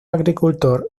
agricultor